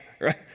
right